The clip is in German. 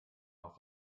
noch